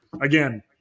again